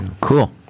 Cool